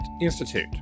institute